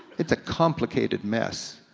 it's a complicated mess,